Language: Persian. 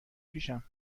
پیشم